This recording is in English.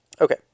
Okay